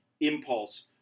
impulse